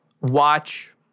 watch